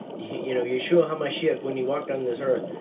you know yeshua hamashiach, when he walked on this earth,